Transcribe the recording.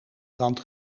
brand